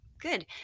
good